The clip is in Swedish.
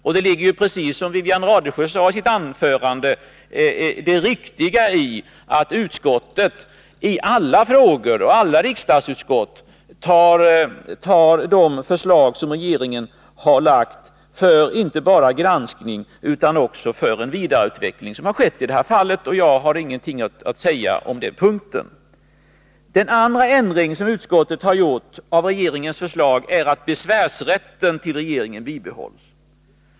Det är riktigt, precis som Wivi-Anne Radesjö sade i sitt anförande, att riksdagsutskotten i alla frågor tar upp de förslag som regeringen har lagt fram, inte bara för granskning utan också för vidareutveckling, som har skett i detta fall. Jag har ingenting att säga om den punkten. Den andra ändring som utskottet har gjort av regeringens förslag är att besvärsrätten hos regeringen skall bibehållas.